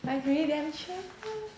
like really damn chio